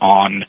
on